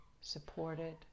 supported